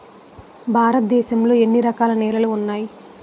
భారతదేశం లో ఎన్ని రకాల నేలలు ఉన్నాయి?